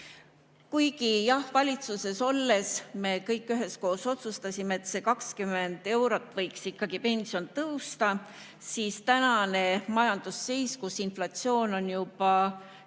jah, valitsuses olles me kõik üheskoos otsustasime, et 20 eurot võiks ikkagi pension tõusta, aga tänane majandusseis [on raske]. Inflatsioon on juba üle